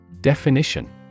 Definition